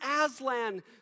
Aslan